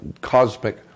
cosmic